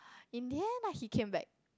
in the end lah he came back